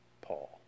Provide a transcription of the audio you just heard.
Paul